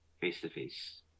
face-to-face